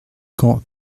quand